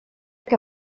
que